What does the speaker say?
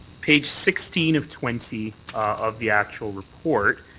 page sixteen of twenty of the actual report,